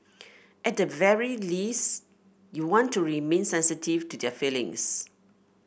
at the very least you want to remain sensitive to their feelings